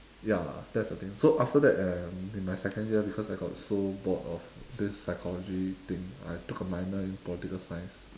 ya that's the thing so after that um in my second year because I got so bored of this psychology thing I took a minor in political science